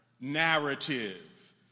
narrative